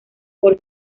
por